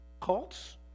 cults